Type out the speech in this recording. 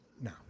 No